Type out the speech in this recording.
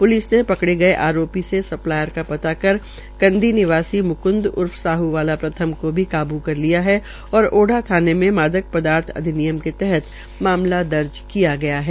police ने पकड़े गये आरोपी से स्प्लायर का पता कर कंदी निवासी मुकूंद उर्फ साहवाला प्रथम को भी काबू कर लिया है और ओढ़ा थाने में मादक पदार्थ अधिनियम के तहत मामला दर्ज किया गया है